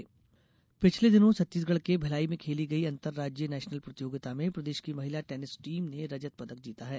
tennis पिछले दिनों छत्तीसगढ़ के भिलाई में खेली गई अंतर राज्यीय नेशनल प्रतियोगिता में प्रदेश की महिला टेनिस टीम ने रजत पदक जीता है